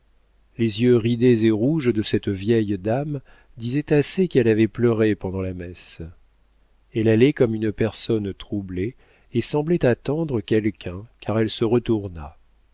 les yeux ridés et rouges de cette vieille dame disaient assez qu'elle avait pleuré pendant la messe elle allait comme une personne troublée et semblait attendre quelqu'un car elle se retourna